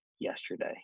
yesterday